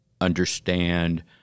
understand